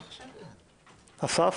אסף,